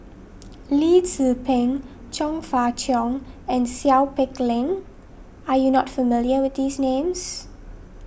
Lee Tzu Pheng Chong Fah Cheong and Seow Peck Leng are you not familiar with these names